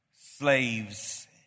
slaves